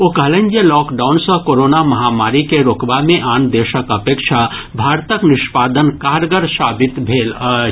ओ कहलनि जे लॉकडाउन सँ कोरोना महामारी के रोकबा मे आन देशक अपेक्षा भारतक निष्पादन कारगर साबित भेल अछि